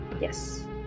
Yes